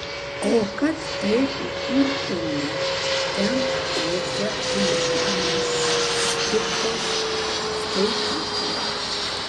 o kad taip įkurtumėme ten kokią humanistikos skaityklą